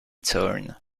turn